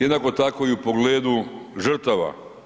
Jednako tako i u pogledu žrtava.